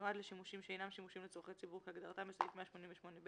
המיועד לשימושים שאינם שימושים לצורכי ציבור כהגדרתם בסעיף 188(ב),